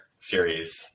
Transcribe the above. series